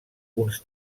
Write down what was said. uns